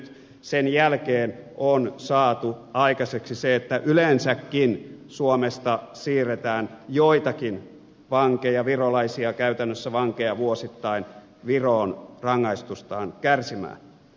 sen jälkeen on saatu aikaiseksi se että yleensäkin suomesta siirretään vuosittain joitakin vankeja omaan maahansa käytännössä virolaisia vankeja viroon rangaistustaan kärsimään